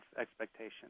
expectation